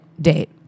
date